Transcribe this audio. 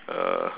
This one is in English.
uh